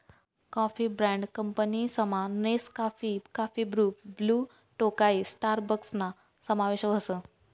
coffee brand कंपनीसमा Nescafe, काफी Bru, Blue Tokai स्टारबक्सना समावेश व्हस